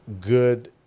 good